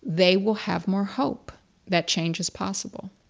they will have more hope that change is possible.